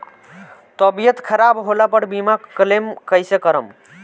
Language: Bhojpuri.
तबियत खराब होला पर बीमा क्लेम कैसे करम?